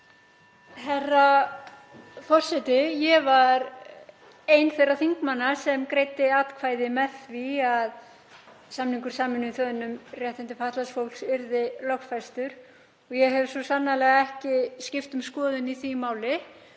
Forseti. Ég var ein þeirra þingmanna sem greiddu atkvæði með því að samningur Sameinuðu þjóðanna, um réttindi fatlaðs fólks, yrði lögfestur og ég hef svo sannarlega ekki skipt um skoðun í því máli